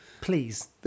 please